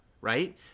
right